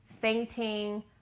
fainting